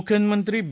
मुख्यमंत्री बी